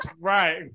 right